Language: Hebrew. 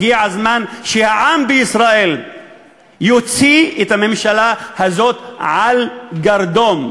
הגיע הזמן שהעם בישראל יוציא את הממשלה הזאת לגרדום,